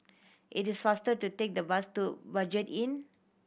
it is faster to take the bus to Budget Inn